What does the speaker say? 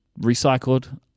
recycled